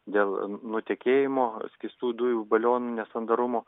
dėl nutekėjimo skystų dujų balionų nesandarumo